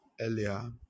earlier